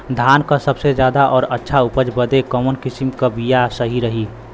धान क सबसे ज्यादा और अच्छा उपज बदे कवन किसीम क बिया सही रही?